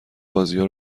بازیا